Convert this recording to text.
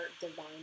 divine